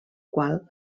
qual